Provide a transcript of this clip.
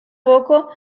poco